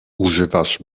używasz